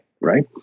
right